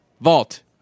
vault